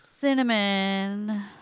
Cinnamon